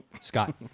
scott